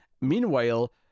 Meanwhile